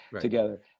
together